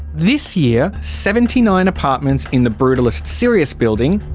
this year, seventy nine apartments in the brutalist sirius building,